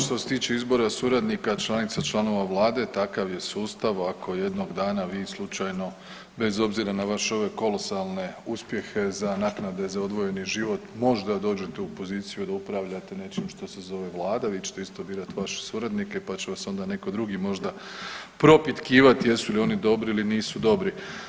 Što se tiče izbora suradnika, članica i članova vlade takav je sustav ako jednog dana vi slučajno bez obzira na ove vaše kolosalne uspjehe za naknade za odvojeni život možda dođete u poziciju da upravljate nečim što se zove vlada vi ćete isto birat vaše suradnike, pa će vas onda neko drugi možda propitkivati jesu li oni dobri ili nisu dobri.